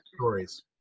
stories